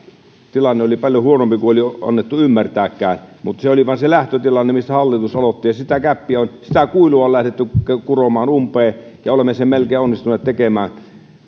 tilanne oli paljon huonompi kuin oli annettu ymmärtääkään mutta se oli vain se lähtötilanne mistä hallitus aloitti ja sitä gäppiä sitä kuilua on lähdetty kuromaan umpeen ja olemme sen melkein onnistuneet tekemään